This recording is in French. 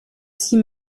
six